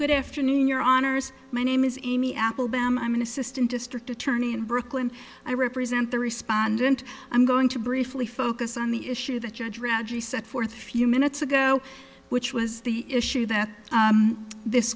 good afternoon your honour's my name is amy applebaum i'm an assistant district attorney in brooklyn i represent the respondent i'm going to briefly focus on the issue the judge reggie set forth a few minutes ago which was the issue that this